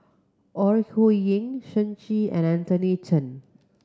Ore Huiying Shen Xi and Anthony Chen